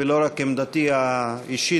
ולא רק עמדתי האישית,